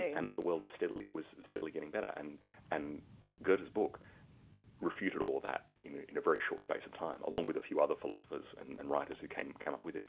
and that the world was steadily was steadily getting better, and and goethe's book refuted all that in ah in a very short space of time, along with a few other philosophers and and writers who came came up with him,